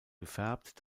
gefärbt